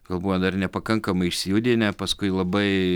gal buvo dar nepakankamai išsijudinę paskui labai